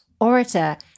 orator